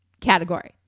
category